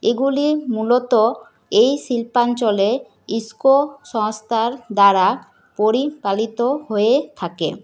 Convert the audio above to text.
এগুলি মূলত এই শিল্পাঞ্চলে ইস্কো সংস্থা দ্বারা পরিপালিত হয়ে থাকে